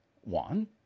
One